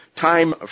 time